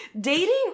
dating